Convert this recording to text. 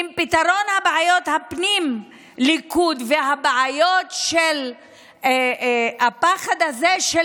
אם פתרון בעיות הפנים בליכוד והבעיות של הפחד הזה של